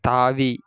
தாவி